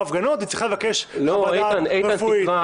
הפגנות היא צריכה לבקש חוות דעת רפואית.